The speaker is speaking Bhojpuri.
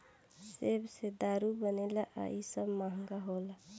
सेब से दारू बनेला आ इ सब महंगा होला